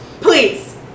please